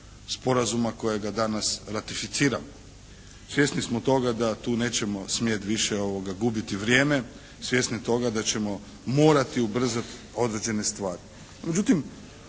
sporazuma kojega danas ratificiramo. Svjesni smo toga da tu nećemo smjeti više gubiti vrijeme, svjesni toga da ćemo morati ubrzati određene stvari.